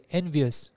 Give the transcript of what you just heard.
envious